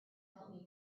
help